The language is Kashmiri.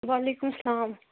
وعلیکُم سلام